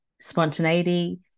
spontaneity